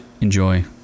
Enjoy